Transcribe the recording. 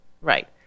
Right